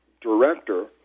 director